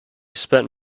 spent